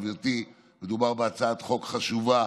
גברתי: מדובר בהצעת חוק חשובה